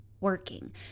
working